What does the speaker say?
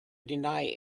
deny